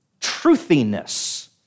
Truthiness